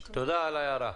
תודה על ההערה.